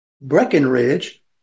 Breckenridge